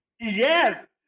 Yes